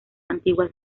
antiguas